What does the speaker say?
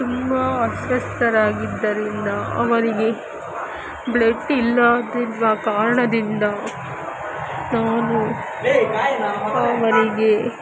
ತುಂಬ ಅಸ್ವಸ್ಥರಾಗಿದ್ದರಿಂದ ಅವರಿಗೆ ಬ್ಲೆಡ್ ಇಲ್ಲದಿರುವ ಕಾರಣದಿಂದ ನಾನು ಅವರಿಗೆ